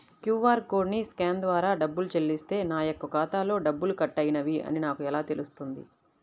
QR కోడ్ని scan ద్వారా డబ్బులు చెల్లిస్తే నా యొక్క ఖాతాలో డబ్బులు కట్ అయినవి అని నాకు ఎలా తెలుస్తుంది?